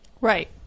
right